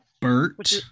Bert